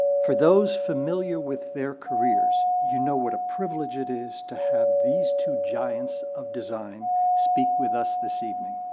for those familiar with their careers, you know what a privilege it is to have these two giants of design speak with us this evening.